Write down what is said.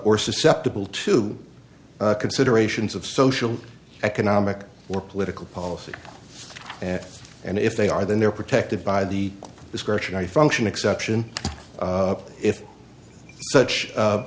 or susceptible to considerations of social economic or political policy and if they are then they're protected by the discretionary function exception if such